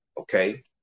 Okay